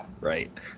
right